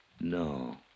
No